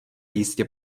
jistě